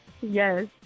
yes